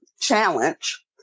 challenge